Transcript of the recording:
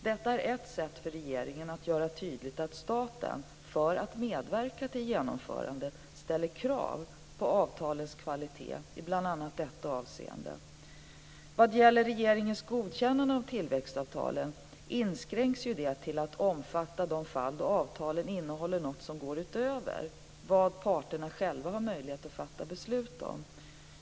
Detta är ett sätt för regeringen att göra tydligt att staten, för att medverka till genomförandet, ställer krav på avtalens kvalitet i bl.a. detta avseende. Vad gäller regeringens godkännande av tillväxtavtalen inskränks det till att omfatta de fall då avtalen innehåller något som går utöver vad parterna själva har möjlighet att fatta beslut om.